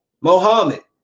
Mohammed